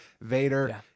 Vader